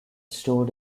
stored